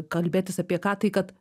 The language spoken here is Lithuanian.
kalbėtis apie ką tai kad